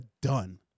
done